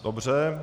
Dobře.